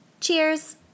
Cheers